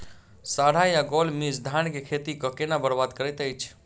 साढ़ा या गौल मीज धान केँ खेती कऽ केना बरबाद करैत अछि?